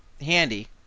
handy